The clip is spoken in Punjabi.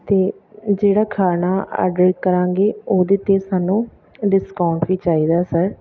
ਅਤੇ ਜਿਹੜਾ ਖਾਣਾ ਆਰਡਰ ਕਰਾਂਗੇ ਉਹਦੇ 'ਤੇ ਸਾਨੂੰ ਡਿਸਕਾਊਂਟ ਵੀ ਚਾਹੀਦਾ ਸਰ